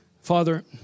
Father